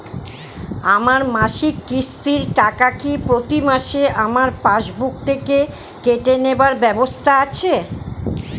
আমার মাসিক কিস্তির টাকা কি প্রতিমাসে আমার পাসবুক থেকে কেটে নেবার ব্যবস্থা আছে?